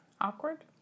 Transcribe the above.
awkward